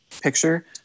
picture